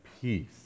peace